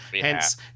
Hence